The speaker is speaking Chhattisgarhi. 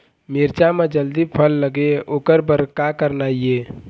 मिरचा म जल्दी फल लगे ओकर बर का करना ये?